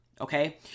Okay